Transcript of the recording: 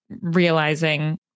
realizing